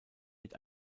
mit